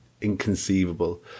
Inconceivable